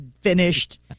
finished